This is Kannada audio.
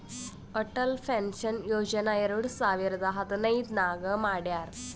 ಅಟಲ್ ಪೆನ್ಷನ್ ಯೋಜನಾ ಎರಡು ಸಾವಿರದ ಹದಿನೈದ್ ನಾಗ್ ಮಾಡ್ಯಾರ್